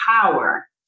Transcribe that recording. power